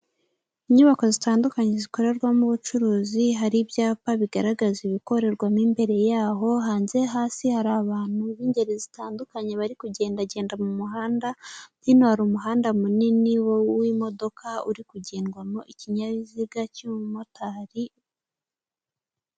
Inyubako zitandukanye zikorerwamo ubucuruzi, hari ibyapa bigaragaza ibikorerwamo imbere yaho, hanze hasi hari abantu b'ingeri zitandukanye, bari kugendagenda mu muhanda, hino hari umuhanda munini w'imodoka uri kugendwamo ikinyabiziga cy'umumotari.